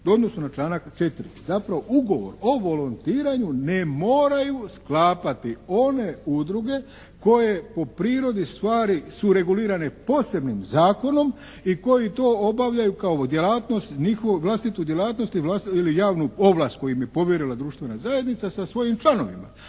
odnosu na članak 4. Zapravo ugovor o volontiranju ne moraju sklapati one udruge koje po prirodi stvari su regulirane posebnim zakonom i koji to obavljaju kao djelatnost, njihovu vlastitu djelatnost i vlastitu ili javnu ovlast koju im je povjerila društvena zajednica sa svojim članovima.